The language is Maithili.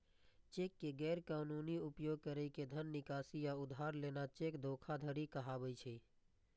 चेक के गैर कानूनी उपयोग कैर के धन निकासी या उधार लेना चेक धोखाधड़ी कहाबै छै